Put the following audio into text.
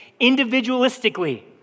individualistically